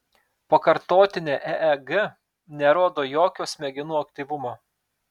pakartotinė eeg nerodo jokio smegenų aktyvumo